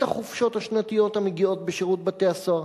החופשות השנתיות המגיעות בשירות בתי-הסוהר.